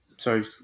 Sorry